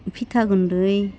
फिथा गुन्दै